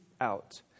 out